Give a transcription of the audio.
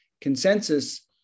consensus